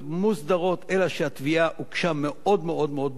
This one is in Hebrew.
אלא שהתביעה הוגשה מאוד מאוד מאוד באיחור,